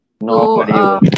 No